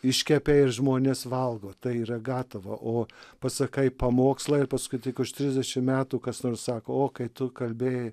iškepė ir žmonės valgo tai yra gatava o pasakai pamokslą ir paskui tik už trisdešim metų kas nors sako o kai tu kalbėjai